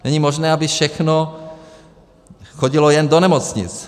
Není možné, aby všechno chodilo jen do nemocnic.